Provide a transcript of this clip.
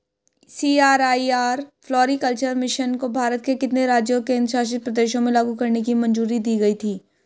CSIR floriculture mission को भारत के कितने राज्यों और केंद्र शासित प्रदेशों में लागू करने की मंजूरी दी गई थी?